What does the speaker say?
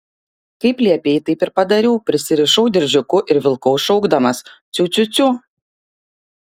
kaip liepei taip ir padariau prisirišau diržiuku ir vilkau šaukdamas ciu ciu ciu